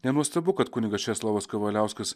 nenuostabu kad kunigas česlovas kavaliauskas